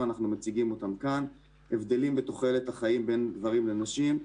ואנחנו מציגים אותם כאן: 1. הבדלים בתוחלת החיים בין גברים לנשים,